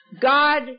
God